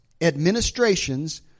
administrations